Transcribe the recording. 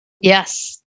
Yes